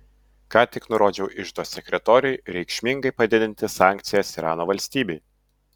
ką tik nurodžiau iždo sekretoriui reikšmingai padidinti sankcijas irano valstybei